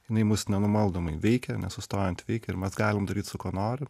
jinai mus nenumaldomai veikia nesustojant veikia ir mes galim daryt su kuo norim